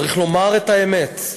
צריך לומר את האמת: